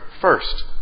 first